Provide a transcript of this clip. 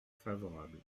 favorable